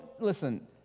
listen